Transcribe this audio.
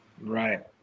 Right